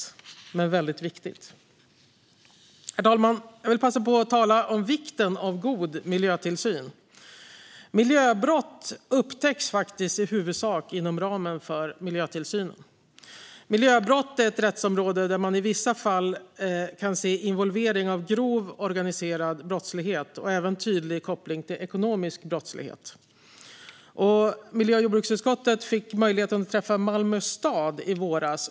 Men det är väldigt viktigt. Herr talman! Jag vill passa på att tala om vikten av god miljötillsyn. Miljöbrott upptäcks faktiskt i huvudsak inom ramen för miljötillsynen. Miljöbrott är ett rättsområde där man i vissa fall kan se involvering av grov organiserad brottslighet och även tydlig koppling till ekonomisk brottslighet. Miljö och jordbruksutskottet fick möjligheten att träffa Malmö stad i våras.